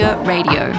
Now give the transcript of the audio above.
Radio